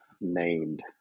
named